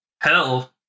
hell